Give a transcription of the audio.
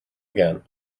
again